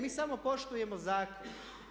Mi samo poštujemo zakon.